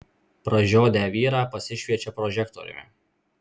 pražiodę vyrą pasišviečia prožektoriumi